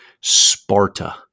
Sparta